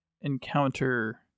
encounter